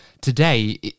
Today